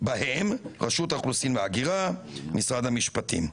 בהם רשות האוכלוסין וההגירה, משרד המשפטים.